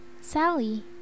sally